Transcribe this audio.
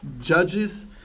judges